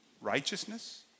righteousness